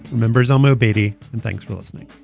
remembers olmo baity. and thanks for listening